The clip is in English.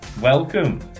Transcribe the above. Welcome